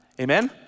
Amen